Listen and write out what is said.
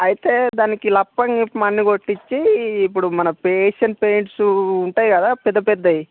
అయితే దానికి లప్పంగిప్ మందు కొట్టించి ఇప్పుడు మన ఏషియన్ పెయింట్స్ ఉంటాయి కదా పెద్ద పెద్దవి